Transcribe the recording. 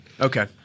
Okay